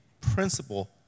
principle